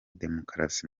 demokarasi